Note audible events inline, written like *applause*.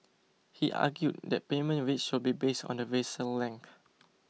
he argued that payment rates should be based on the vessel *unintelligible*